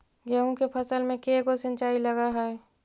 गेहूं के फसल मे के गो सिंचाई लग हय?